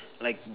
like